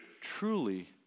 truly